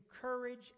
courage